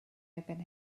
erbyn